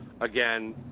again